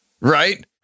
right